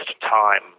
time